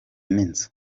n’inzu